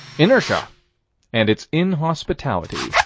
inertia and its inhospitality.